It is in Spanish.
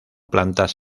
plantas